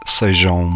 sejam